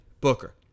Booker